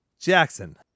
Jackson